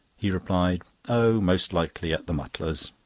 he replied oh, most likely at the mutlars'.